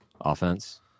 offense